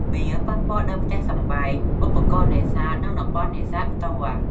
វាប៉ះពាល់ដល់ផ្ទះសម្បែង ឧបករណ៍នេសាទ និងតំបន់នេសាទផ្ទាល់។